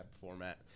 format